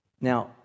Now